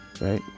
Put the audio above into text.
right